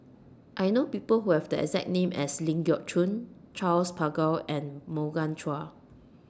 I know People Who Have The exact name as Ling Geok Choon Charles Paglar and Morgan Chua